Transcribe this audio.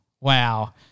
Wow